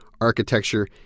architecture